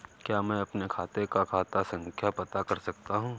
क्या मैं अपने खाते का खाता संख्या पता कर सकता हूँ?